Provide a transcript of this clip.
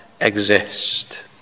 exist